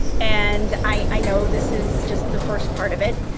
and i know this is just the first part of it.